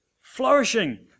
flourishing